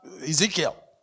Ezekiel